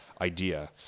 idea